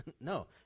no